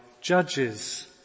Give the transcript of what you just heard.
judges